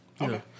Okay